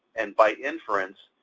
and by inference,